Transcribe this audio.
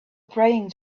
praying